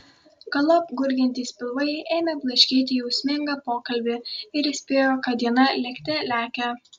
galop gurgiantys pilvai ėmė blaškyti jausmingą pokalbį ir įspėjo kad diena lėkte lekia